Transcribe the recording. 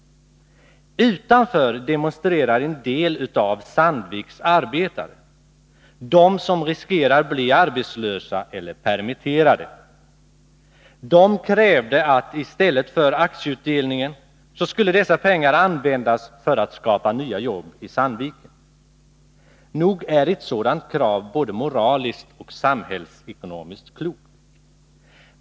Utanför lokalen demonstrerade en del av Sandviks arbetare, nämligen de som riskerar att bli arbetslösa eller permitterade. De krävde att dessa pengar i stället för att användas till aktieutdelning skulle gå till satsningar för att skapa nya jobb i Sandviken. Nog är ett sådant krav både moraliskt och samhällsekonomiskt klokt.